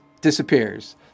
disappears